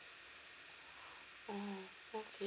oh okay